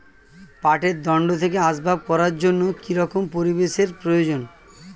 পাটের দণ্ড থেকে আসবাব করার জন্য কি রকম পরিবেশ এর প্রয়োজন?